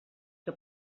que